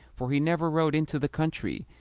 for he never rode into the country,